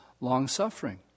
long-suffering